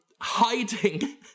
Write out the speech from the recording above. hiding